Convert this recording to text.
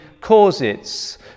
causes